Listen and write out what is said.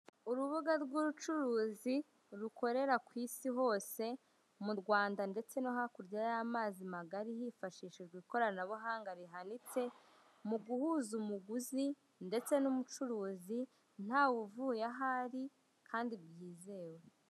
Urubuga rw'ubucuruzi rukorera ku Isi hose, mu Rwanda ndetse no hakurya y'amazi magari, hifashishijwe ikoranabuhanga rihanitse, mu guhuza umuguzi ndetse n'umucuruzi ntawuvuye ahari kandi byizewe.